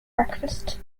breakfast